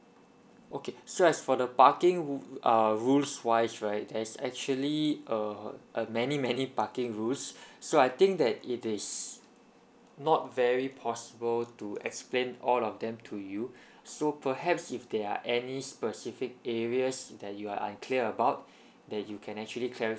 okay so as for the parking ru~ ah rules wise right there is actually err err many many parking rules so I think that it is not very possible to explain all of them to you so perhaps if there are any specific areas that you are unclear about that you can actually clarify